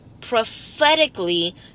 prophetically